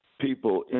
people